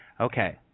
Okay